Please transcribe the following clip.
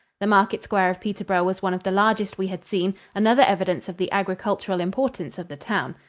the market square of peterborough was one of the largest we had seen another evidence of the agricultural importance of the town.